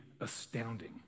astounding